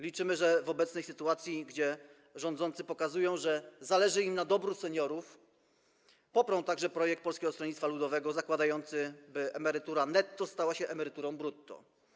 Liczymy, że w obecnej sytuacji, kiedy rządzący pokazują, że zależy im na dobru seniorów, poprą także projekt Polskiego Stronnictwa Ludowego zakładający, by emerytura netto stała się emeryturą brutto.